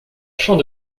champ